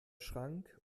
schrank